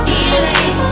Healing